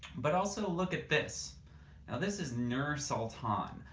but also look at this. now this is nur-sultan,